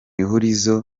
ihurizo